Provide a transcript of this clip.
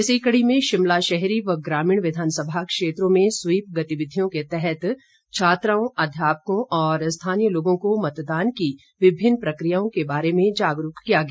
इसी कड़ी में शिमला शहरी व ग्रामीण विधानसभा क्षेत्रों में स्वीप गतिविधियों के तहत छात्राओं अध्यापकों और स्थानीय लोगों को मतदान की विभिन्न प्रकियाओं के बारे जागरूक किया गया